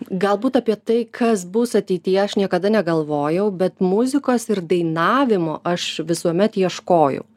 galbūt apie tai kas bus ateityje aš niekada negalvojau bet muzikos ir dainavimo aš visuomet ieškojau